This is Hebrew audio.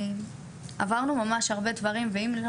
אנחנו עברנו ממש הרבה דברים ואם לא